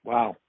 Wow